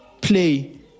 play